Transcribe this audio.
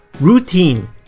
Routine